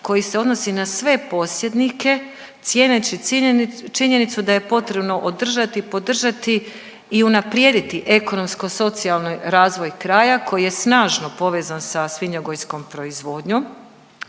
koji se odnosi na sve posjednike, cijeneći činjenicu da je potrebno održati, podržati i unaprijediti ekonomsko socijalni razvoj kraja koji je snažno povezan sa svinjogojskom proizvodnjom